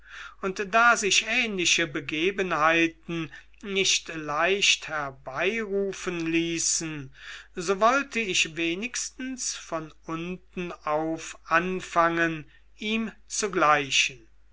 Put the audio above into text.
und da sich ähnliche begebenheiten nicht leicht herbeirufen ließen so wollte ich wenigstens von unten auf anfangen ihm zu gleichen